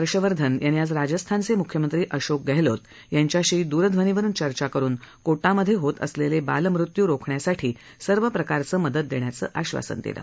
हर्षवर्धन यांनी आज राजस्थानचे मुख्यमंत्री अशोक गहलोत यांच्याशी दूरध्वनीवरुन चर्चा करुन कोटामधे होत असलेले बालमृत्यू रोखण्यासाठी सर्वप्रकारचं मदत देण्याचं आश्वसन दिलं